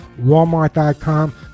Walmart.com